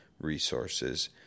resources